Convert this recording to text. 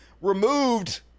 removed